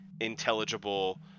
intelligible